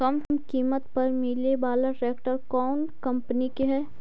कम किमत पर मिले बाला ट्रैक्टर कौन कंपनी के है?